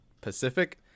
Pacific